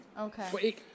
Okay